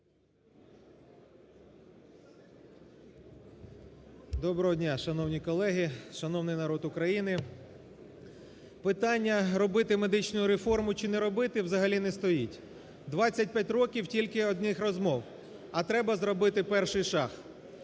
Доброго дня, шановні колеги! Шановний народ України! Питання робити медичну реформу чи не робити взагалі не стоїть. 25 років тільки одних розмов, а треба зробити перший шаг.